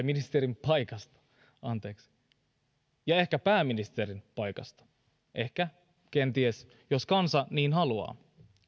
ministerin paikasta ja ehkä pääministerin paikasta ehkä kenties jos kansa niin haluaa